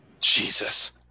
Jesus